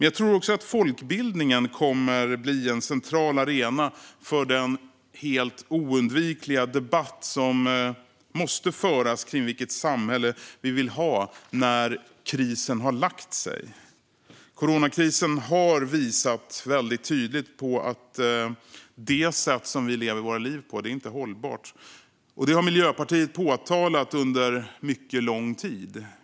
Jag tror också att folkbildningen kommer att bli en central arena för den helt oundvikliga debatt som måste föras kring viket samhälle vi vill ha när krisen har lagt sig. Coronakrisen har väldigt tydligt visat att det sätt som vi lever våra liv på inte är hållbart. Detta har Miljöpartiet påtalat under mycket lång tid.